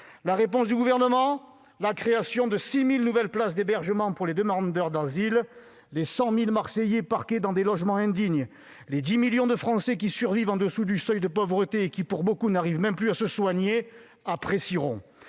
La réponse du Gouvernement ? La création de 6 000 nouvelles places d'hébergement pour les demandeurs d'asile. Les 100 000 Marseillais parqués dans des logements indignes, les 10 millions de Français qui survivent au-dessous du seuil de pauvreté et qui, pour nombre d'entre eux, n'arrivent plus à se soigner, apprécieront.